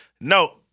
no